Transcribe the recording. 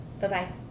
bye-bye